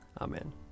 Amen